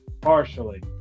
Partially